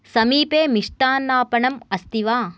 समीपे मिष्टान्नापणम् अस्ति वा